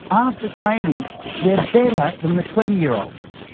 after training they are better than the twenty year olds.